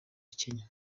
kenya